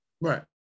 Right